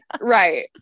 Right